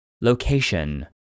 Location